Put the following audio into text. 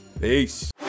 peace